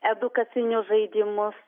edukacinius žaidimus